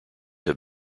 have